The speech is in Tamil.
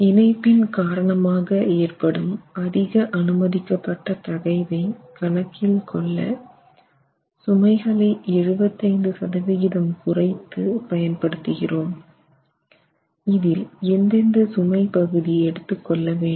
இணைப்பின் காரணமாக ஏற்படும் அதிக அனுமதிக்கப்பட்ட தகைவை கணக்கில் கொள்ள சுமைகளை 75 சதவிகிதம் குறைத்து பயன் படுத்துகிறோம் இதில் எந்தெந்த சுமை பகுதி எடுத்துக் கொள்ள வேண்டும்